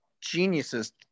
Geniuses